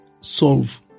solve